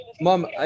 mom